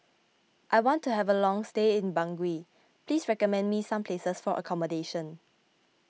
I want to have a long stay in Bangui please recommend me some places for accommodation